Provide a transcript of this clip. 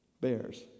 bears